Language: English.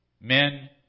men